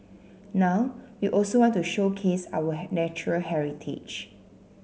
now we also want to showcase our natural heritage